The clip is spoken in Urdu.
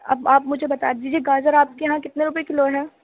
اب آپ مجھے بتا دیجیے گاجر آپ کے یہاں کتنے روپے کلو ہے